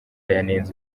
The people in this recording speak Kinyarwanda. yanenze